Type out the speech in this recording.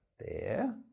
there.